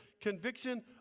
conviction